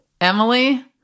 Emily